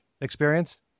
experience